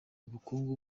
ubukungu